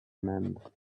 mend